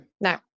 No